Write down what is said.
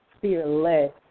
fearless